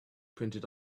printed